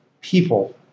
people